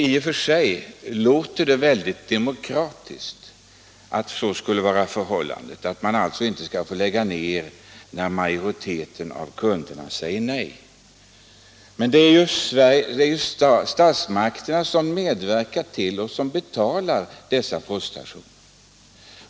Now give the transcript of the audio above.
I och för sig låter det väldigt demokratiskt att postverket inte skulle få lägga ned en station när majoriteten av kunderna säger nej, men det är ju statsmakterna som betalar dessa poststationer.